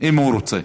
אם הוא רוצה.